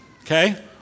okay